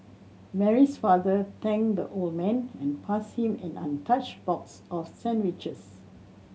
Mary's father thanked the old man and passed him an untouched box of sandwiches